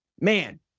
Man